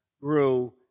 grew